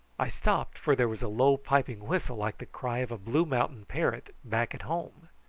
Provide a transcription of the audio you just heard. i stopped, for there was a low piping whistle like the cry of a blue mountain parrot back at home.